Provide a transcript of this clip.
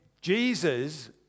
Jesus